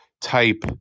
type